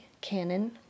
Canon